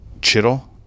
chittle